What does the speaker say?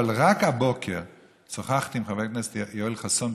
אבל רק הבוקר שוחחתי עם חבר הכנסת יואל חסון,